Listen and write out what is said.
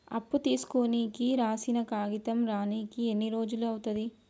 అప్పు తీసుకోనికి రాసిన కాగితం రానీకి ఎన్ని రోజులు అవుతది?